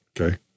Okay